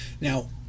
Now